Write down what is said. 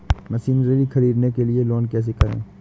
Machinery ख़रीदने के लिए लोन कैसे करें?